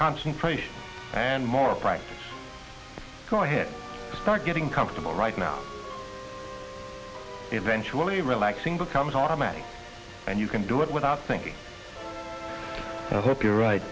concentration and more practice go ahead start getting comfortable right now eventually relaxing becomes automatic and you can do it without thinking hope you're right